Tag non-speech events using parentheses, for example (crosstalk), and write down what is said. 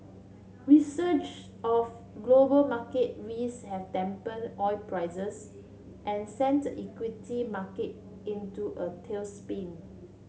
(unintelligible) of global market risks have dampen oil prices and sent the equity market into a tailspin